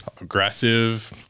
aggressive